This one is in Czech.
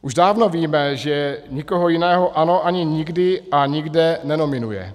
Už dávno víme, že nikoho jiného ANO ani nikdy a nikde nenominuje.